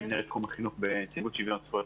מנהל תחום החינוך בנציבות שוויון זכויות